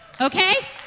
Okay